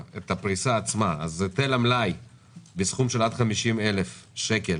"היטל המלאי בסכום של עד 50,000 שקל